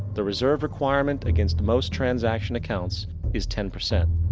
the reserve requirement against most transaction accounts is ten percent.